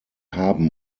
haben